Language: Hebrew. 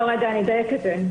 לא, רגע, אני אדייק את זה.